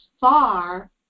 far